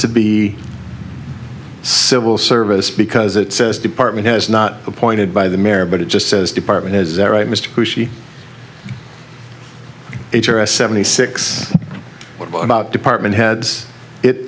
to be civil service because it says department has not appointed by the mayor but it just says department has that right mr who she has seventy six what about department heads it